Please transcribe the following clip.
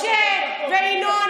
משה וינון,